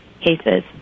cases